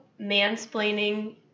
mansplaining